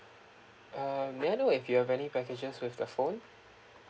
um may I know if you have any packages with the phone